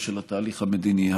של התהליך המדיני.